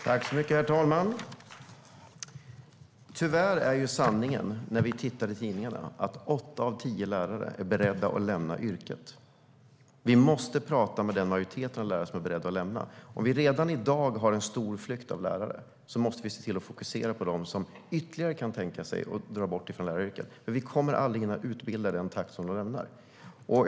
Herr talman! När vi tittar i tidningarna kan vi se att sanningen tyvärr är att åtta av tio lärare är beredda att lämna yrket. Vi måste tala med den majoritet av lärarna som är beredda att lämna yrket. Om vi redan i dag har en stor flykt av lärare måste vi se till att fokusera på dem som kan tänka sig att lämna läraryrket. Vi kommer nämligen aldrig att hinna utbilda i den takt som de lämnar yrket.